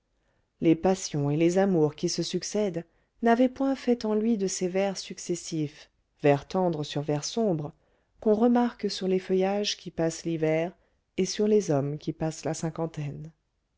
les passions et les amours qui se succèdent n'avaient point fait en lui de ces verts successifs vert tendre sur vert sombre qu'on remarque sur les feuillages qui passent l'hiver et sur les hommes qui passent la cinquantaine